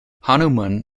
hanuman